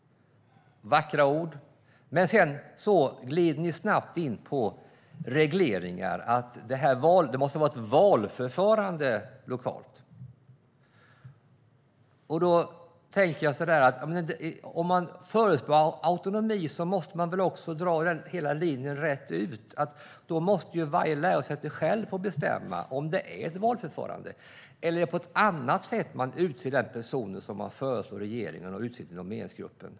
Men sedan glider ni snabbt in på regleringar. Det måste vara ett valförfarande lokalt, säger ni. Men om man föreslår autonomi måste man väl dra den hela linjen rätt ut. Då måste varje lärosäte självt få bestämma om det ska vara ett valförfarande eller om man på annat sätt ska utse den person som man föreslår att regeringen utser till nomineringsgruppen.